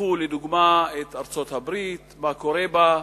קחו לדוגמה את ארצות-הברית, מה קורה בה: